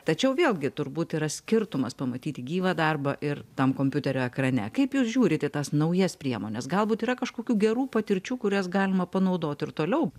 tačiau vėlgi turbūt yra skirtumas pamatyti gyvą darbą ir tam kompiuterio ekrane kaip jūs žiūrit į tas naujas priemones galbūt yra kažkokių gerų patirčių kurias galima panaudot ir toliau